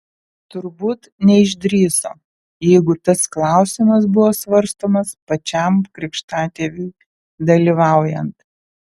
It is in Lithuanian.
turbūt neišdrįso jeigu tas klausimas buvo svarstomas pačiam krikštatėviui dalyvaujant